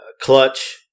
Clutch